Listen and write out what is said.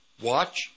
watch